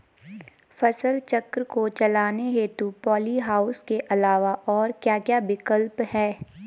फसल चक्र को चलाने हेतु पॉली हाउस के अलावा और क्या क्या विकल्प हैं?